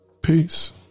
Peace